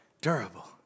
durable